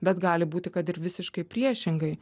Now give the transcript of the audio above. bet gali būti kad ir visiškai priešingai